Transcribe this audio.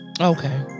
okay